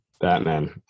batman